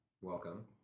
Welcome